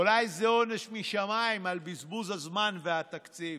אולי זה עונש משמיים על בזבוז הזמן והתקציב.